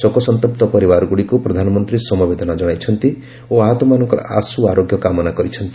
ଶୋକସନ୍ତପ୍ତ ପରିବାରଗୁଡ଼ିକୁ ପ୍ରଧାନମନ୍ତ୍ରୀ ସମବେଦନା କଣାଇଛନ୍ତି ଓ ଆହତମାନଙ୍କର ଆଶୁ ଆରୋଗ୍ୟ କାମନା କରିଛନ୍ତି